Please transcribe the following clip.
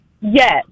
Yes